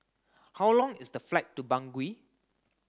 how long is the flight to Bangui